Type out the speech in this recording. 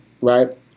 Right